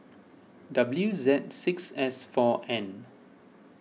W Z six S four N